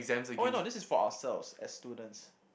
oh why no this is for ourselves as students